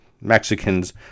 Mexicans